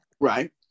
Right